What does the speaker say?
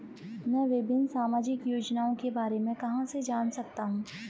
मैं विभिन्न सामाजिक योजनाओं के बारे में कहां से जान सकता हूं?